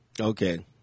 Okay